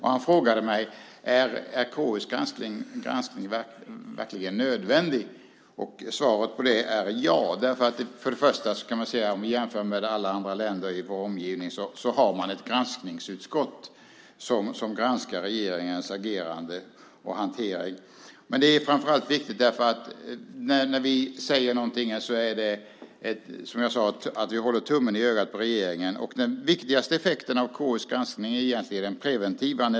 Han frågade mig om KU:s granskning verkligen är nödvändig. Svaret på den frågan är ja. Först och främst kan man säga att jämfört med alla andra länder i vår omgivning finns det ett granskningsutskott som granskar regeringens agerande och hantering. Det är framför allt viktigt därför att när vi i KU säger någonting betyder det, som jag sagt, att vi håller tummen i ögat på regeringen. Den viktigaste effekten av KU:s granskning är egentligen den preventiva.